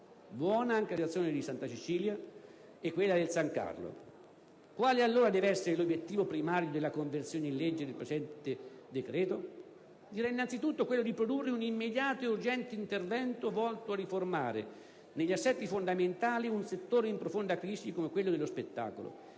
Buona anche la situazione di Santa Cecilia e quella del San Carlo. Quale deve essere allora l'obiettivo primario in sede di conversione in legge del presente decreto-legge? Direi innanzitutto quello di produrre un immediato e urgente intervento volto a riformare, negli assetti fondamentali, un settore in profonda crisi come quello dello spettacolo